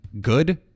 good